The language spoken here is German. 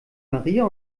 maria